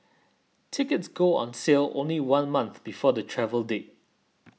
tickets go on sale only one month before the travel date